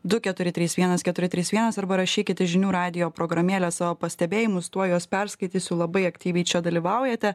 du keturi trys vienas keturi trys vienas arba rašykit į žinių radijo programėlę savo pastebėjimus tuoj juos perskaitysiu labai aktyviai čia dalyvaujate